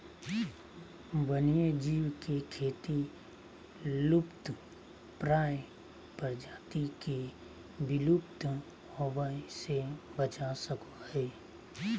वन्य जीव के खेती लुप्तप्राय प्रजाति के विलुप्त होवय से बचा सको हइ